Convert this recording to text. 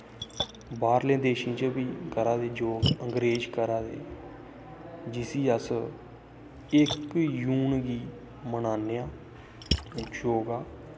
बाह्रले देशें च बी करादे अंग्रेज करा दे जिसी अस इक जून गी मनान्ने आं योगा